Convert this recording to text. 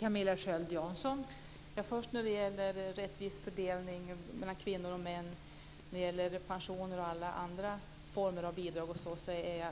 Fru talman! Först till frågan som rättvis fördelning mellan kvinnor och män av pensioner och alla andra former av bidrag. Jag är